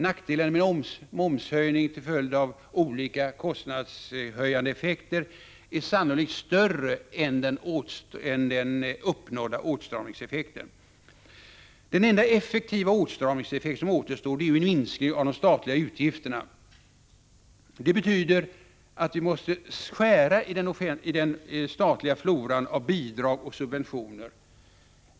Nackdelen med momshöjning till följd av olika kostnadshöjande effekter är sannolikt större än den uppnådda åtstramningseffekten. Den enda effektiva åtstramningsåtgärd som återstår är en minskning av de statliga utgifterna. Det betyder att vi måste skära i den statliga floran av bidrag och subventioner.